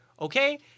okay